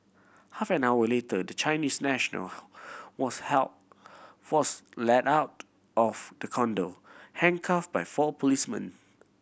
half an hour later the Chinese national was held fourth led out of the condo handcuff by four policemen